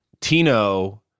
Tino